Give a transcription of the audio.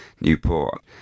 Newport